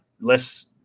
less